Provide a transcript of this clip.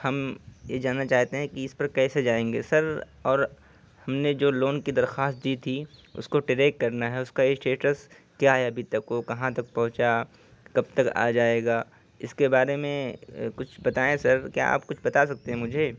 ہم یہ جاننا چاہتے ہیں کہ اس پر کیسے جائیں گے سر اور ہم نے جو لون کی درخواست دی تھی اس کو ٹریک کرنا ہے اس کا اسٹیٹس کیا ہے ابھی تک وہ کہاں تک پہنچا کب تک آ جائے گا اس کے بارے میں کچھ بتائیں سر کیا آپ کچھ بتا سکتے ہیں مجھے